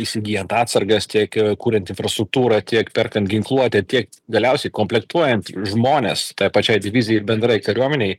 įsigyjant atsargas tiek kuriant infrastruktūrą tiek perkant ginkluotę tiek galiausi komplektuojant žmones tai pačiai divizijai bendrai kariuomenei